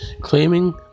claiming